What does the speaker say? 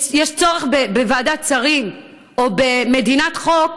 הצורך בוועדת שרים או במדינת חוק,